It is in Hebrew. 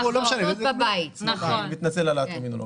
אני מתנצל על הטרמינולוגיה.